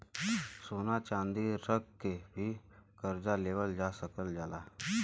सोना चांदी रख के भी करजा लेवल जा सकल जाला